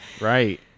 right